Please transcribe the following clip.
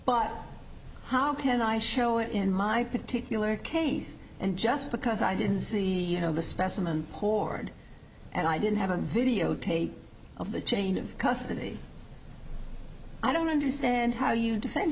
but how can i show it in my particular case and just because i didn't see the specimen horde and i didn't have a videotape of the chain of custody i don't understand how you defend